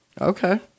Okay